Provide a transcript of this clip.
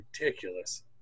ridiculous